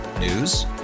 News